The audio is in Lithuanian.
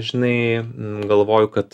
žinai galvoju kad